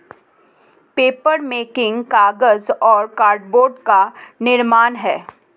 papermaking कागज और cardboard का निर्माण है